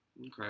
Okay